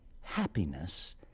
happiness